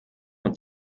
und